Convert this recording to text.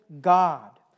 God